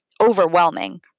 overwhelming